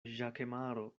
ĵakemaro